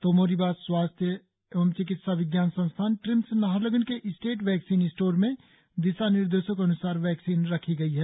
तोमो रिबा स्वास्थ्य चिकित्सा विज्ञान संस्थान ट्रिम्स नाहरलग्न के स्टेट वैक्सीन स्टोर में दिशानिर्देशों के अन्सार वैक्सीन रखी गई है